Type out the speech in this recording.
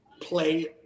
play